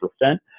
percent